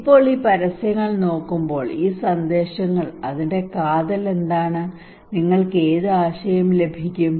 ഇപ്പോൾ ഈ പരസ്യങ്ങൾ നോക്കുമ്പോൾ ഈ സന്ദേശങ്ങൾ അതിന്റെ കാതൽ എന്താണ് നിങ്ങൾക്ക് ഏത് ആശയവും ലഭിക്കും